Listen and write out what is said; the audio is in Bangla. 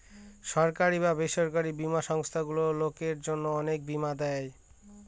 সরকারি বা বেসরকারি বীমা সংস্থারগুলো লোকের জন্য অনেক বীমা দেয়